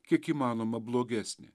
kiek įmanoma blogesnė